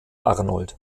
arnold